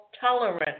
tolerant